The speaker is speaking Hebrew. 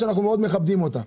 ואנחנו מכבדים את העמותה.